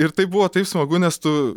ir tai buvo taip smagu nes tu